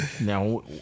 Now